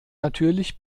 natürlich